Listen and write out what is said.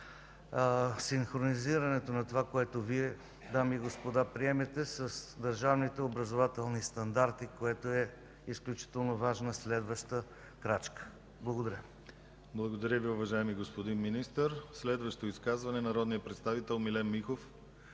синхронизирането на това, което Вие, дами и господа, приемете с държавните образователни стандарти, което е изключително важна следваща крачка. Благодаря. ПРЕДСЕДАТЕЛ ДИМИТЪР ГЛАВЧЕВ: Благодаря Ви, уважаеми господин Министър. Следващо изказване – народният представител Милен Михов.